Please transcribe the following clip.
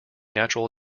natural